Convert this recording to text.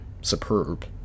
superb